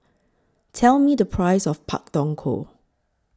Tell Me The Price of Pak Thong Ko